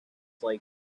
like